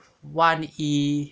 万一